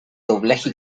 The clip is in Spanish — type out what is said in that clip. doblaje